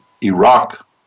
Iraq